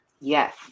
yes